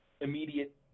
immediate